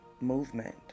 movement